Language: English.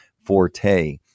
forte